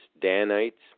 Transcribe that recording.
Danites